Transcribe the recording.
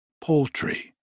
poultry